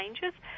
changes